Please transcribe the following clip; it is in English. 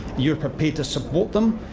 you were prepared to support them,